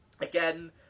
again